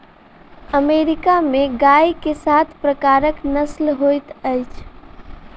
America में गाय के सात प्रकारक नस्ल होइत अछि